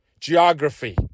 Geography